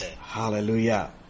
Hallelujah